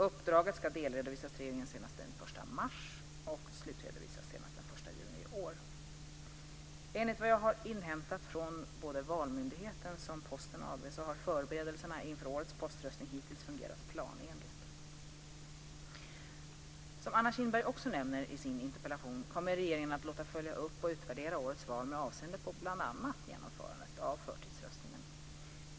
Uppdraget ska delredovisas till regeringen senast den Enligt vad jag har inhämtat från såväl Valmyndigheten som Posten AB har förberedelserna inför årets poströstning hittills fungerat planenligt. Som Anna Kinberg också nämner i sin interpellation kommer regeringen att låta följa upp och utvärdera årets val med avseende på bl.a. genomförandet av förtidsröstningen.